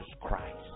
Christ